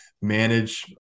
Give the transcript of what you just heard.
manage